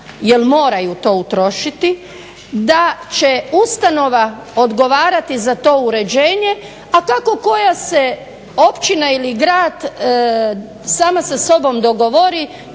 jer moraju to utrošiti, da će ustanova odgovarati za to uređenje a kako koja se općina ili grad sama sa sobom dogovori